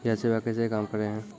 यह सेवा कैसे काम करै है?